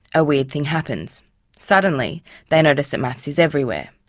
a weird thing happens suddenly they notice that maths is everywhere.